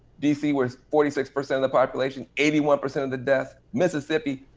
dc where it's forty six percent of the population, eighty one percent of the death. mississippi,